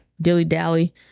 dilly-dally